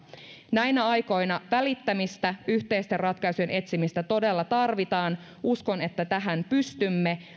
näinä aikoina välittämistä yhteisten ratkaisujen etsimistä todella tarvitaan uskon että tähän pystymme